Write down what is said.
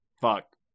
Fuck